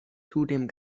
zudem